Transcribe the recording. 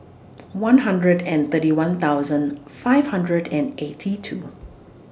one hundred and thirty one thousand five hundred and eighty two